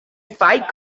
fight